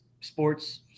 sports